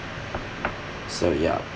so yup